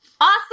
Awesome